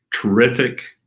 terrific